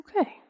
Okay